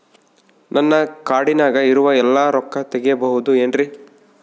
ನನ್ನ ಕಾರ್ಡಿನಾಗ ಇರುವ ಎಲ್ಲಾ ರೊಕ್ಕ ತೆಗೆಯಬಹುದು ಏನ್ರಿ?